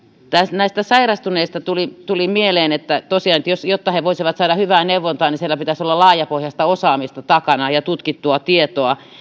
näistä sairastuneista tuli tuli mieleen että tosiaankin jotta he voisivat saada hyvää neuvontaa siellä pitäisi olla laajapohjaista osaamista ja tutkittua tietoa